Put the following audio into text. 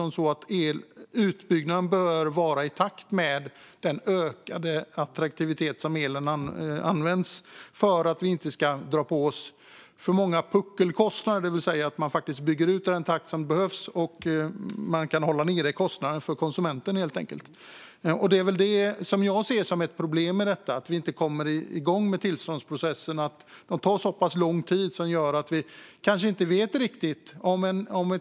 Men utbyggnaden bör ske i takt med den ökade attraktiviteten för elanvändningen för att vi inte ska dra på oss för stora puckelkostnader. Vi måste bygga ut i den takt som behövs och samtidigt hålla ned kostnaderna för konsumenten. Det är detta som jag ser som ett problem, det vill säga att vi inte kommer igång på grund av tillståndsprocesserna. De tar så lång tid att vi kanske inte riktigt vet hur det ska bli.